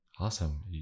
Awesome